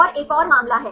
और एक और मामला है